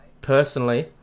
personally